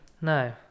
No